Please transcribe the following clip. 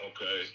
Okay